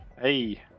Hey